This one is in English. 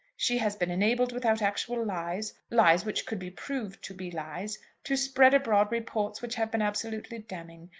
she has been enabled without actual lies lies which could be proved to be lies to spread abroad reports which have been absolutely damning.